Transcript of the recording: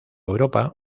europa